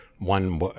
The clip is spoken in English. One